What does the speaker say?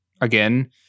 again